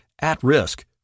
at-risk